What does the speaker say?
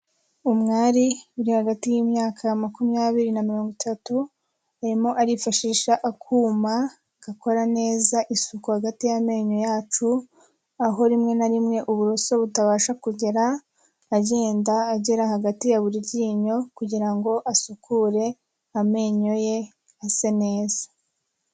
Umwari uri hagati y'imyaka makumyabiri na mirongo itatu, arimo arifashisha akuma gakora neza isuku hagati y'amenyo yacu, aho rimwe na rimwe uburoso butabasha kugera, agenda agera hagati ya buri ryinyo kugira ngo asukure amenyoye ase neza.